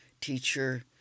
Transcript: teacher